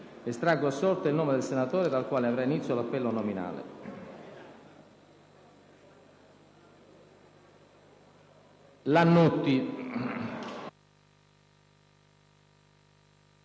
Estraggo ora a sorte il nome del senatore dal quale avrà inizio l'appello nominale. *(È